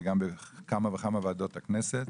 וגם בכמה וכמה ועדות הכנסת.